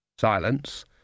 Silence